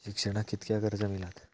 शिक्षणाक कीतक्या कर्ज मिलात?